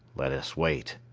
let us wait.